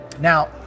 Now